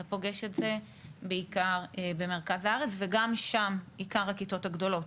אתה פוגש את זה בעיקר במרכז הארץ וגם שם עיקר הכיתות הגדולות.